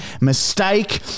Mistake